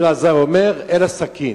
רבי אליעזר אומר, אלא סכין.